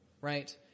right